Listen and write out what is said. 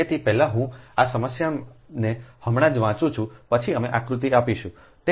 તેથી પહેલા હું આ સમસ્યાને હમણાં જ વાંચું છું પછી અમે આકૃતિ આપીશું